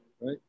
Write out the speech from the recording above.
right